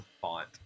font